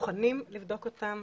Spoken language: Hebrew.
מוכנים לבדוק אותן